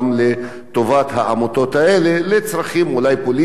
לצרכים אולי פוליטיים או חברתיים או אחרים.